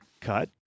cut